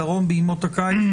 בדרום בימות הקיץ.